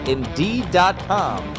Indeed.com